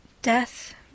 Death